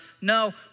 No